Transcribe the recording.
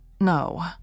No